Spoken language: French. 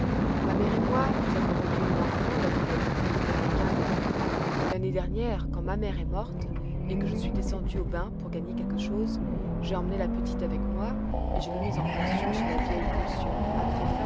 ma mère et moi nous avons recueilli l'enfant d'adélaïde qui n'avait qu'un an l'année dernière quand ma mère est morte et que je suis descendue aux bains pour gagner quelque chose j'ai emmené la petite avec moi et je l'ai mise en pension chez la vieille ursule